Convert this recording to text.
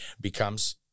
becomes